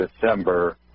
December